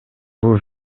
бул